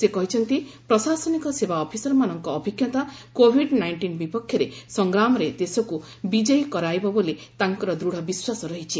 ସେ କହିଛନ୍ତି ପ୍ରଶାସନିକ ସେବା ଅଫିସରମାନଙ୍କ ଅଭିଜ୍ଞତା କୋଭିଡ ନାଇଷ୍ଟିନ୍ ବିପକ୍ଷରେ ସଂଗ୍ରମାରେ ଦେଶକୁ ବିକୟୀ କରାଇବ ବୋଲି ତାଙ୍କର ଦୂଢ଼ ବିଶ୍ୱାସ ରହିଛି